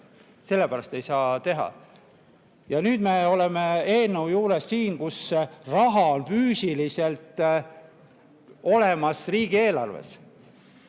Sellepärast ei saa teha. Nüüd me oleme siin eelnõu juures, kus raha on füüsiliselt olemas riigieelarves,